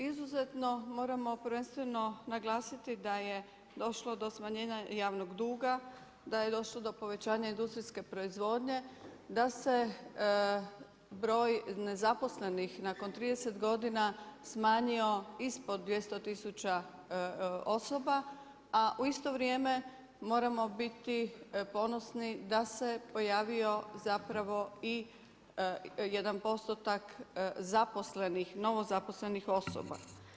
Izuzetno moramo prvenstveno naglasiti da je došlo do smanjenja javnog duga, da je došlo do povećanja industrijske proizvodnje, da se broj nezaposlenih nakon 30 godina smanjio ispod 200 tisuća osoba, a u isto vrijeme moramo biti ponosni da se pojavio i jedan postotak zaposlenih, novozaposlenih osoba.